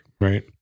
right